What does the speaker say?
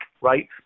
right